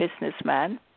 businessman